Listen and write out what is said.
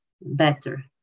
better